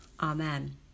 amen